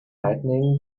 lighting